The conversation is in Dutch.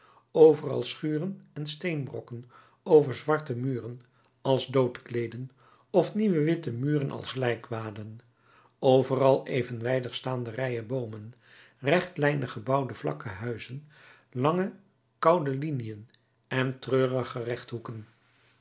overal schuren en steenbrokken over zwarte muren als doodkleeden of nieuwe witte muren als lijkwaden overal evenwijdig staande rijen boomen rechtlijnig gebouwde vlakke huizen lange koude liniën en treurige